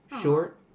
short